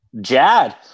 Jad